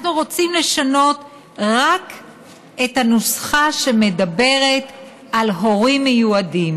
אנחנו רוצים לשנות רק את הנוסחה שמדברת על הורים מיועדים,